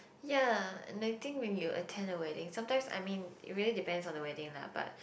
ya and I think when you attend the wedding sometimes I mean it very depend on the wedding lah but